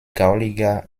gauliga